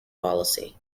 policy